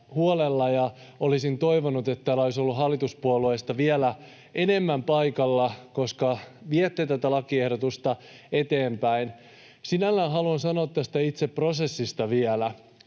ja olisin toivonut, että täällä olisi ollut hallituspuolueista vielä enemmän paikalla, koska viette tätä lakiehdotusta eteenpäin. Sinällään haluan sanoa tästä itse prosessista vielä,